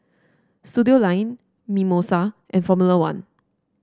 Studioline Mimosa and Formula One